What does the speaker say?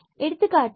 எடுத்துக்காட்டாக h0